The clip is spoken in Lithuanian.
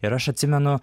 ir aš atsimenu